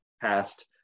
past